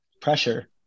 pressure